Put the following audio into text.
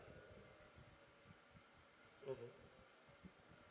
mmhmm